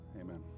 Amen